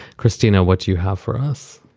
christina, what do you have for us?